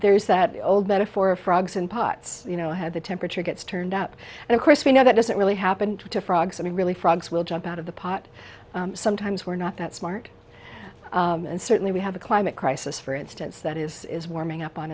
there's that old metaphor of frogs in pots you know had the temperature gets turned up and of course we know that doesn't really happen to frogs i mean really frogs will jump out of the pot sometimes we're not that smart and certainly we have a climate crisis for instance that is warming up on